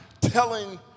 telling